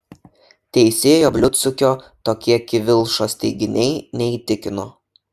teisėjo bliudsukio tokie kivilšos teiginiai neįtikino